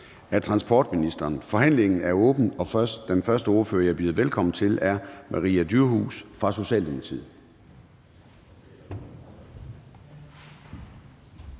(Søren Gade): Forhandlingen er åbnet, og den første ordfører, jeg vil byde velkommen til, er fru Maria Durhuus fra Socialdemokratiet.